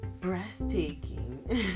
breathtaking